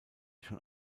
schon